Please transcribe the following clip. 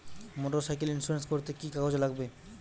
Motorcycle insurance করতে কি কি কাগজ লাগবে?